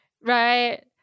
Right